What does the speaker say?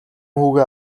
хүүгээ